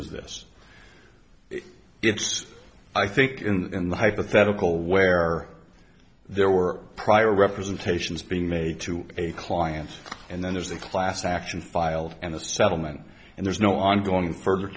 just i think in the hypothetical where there were prior representations being made to a client and then there's the class action filed and the settlement and there's no ongoing f